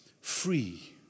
Free